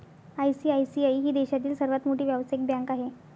ICICI ही देशातील सर्वात मोठी व्यावसायिक बँक आहे